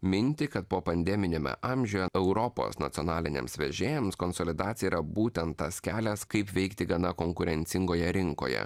mintį kad popandeminiame amžiuje europos nacionaliniams vežėjams konsolidacija yra būtent tas kelias kaip veikti gana konkurencingoje rinkoje